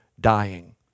dying